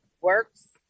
works